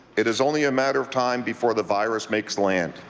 it is only a matter of time before the virus makes land.